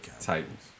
Titans